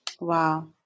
Wow